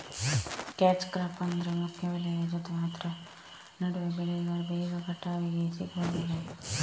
catch crop ಅಂದ್ರೆ ಮುಖ್ಯ ಬೆಳೆಯ ಜೊತೆ ಆದ್ರ ನಡುವೆ ಬೆಳೆಯುವ ಬೇಗ ಕಟಾವಿಗೆ ಸಿಗುವ ಬೆಳೆ